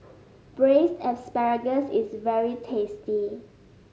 Braised Asparagus is very tasty